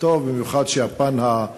במיוחד כשהפן של